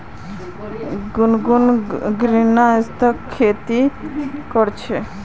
गुनगुन ग्रीनहाउसत खेती कर छ